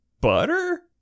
butter